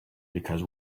because